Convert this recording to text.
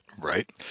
right